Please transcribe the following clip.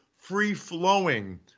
free-flowing